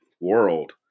world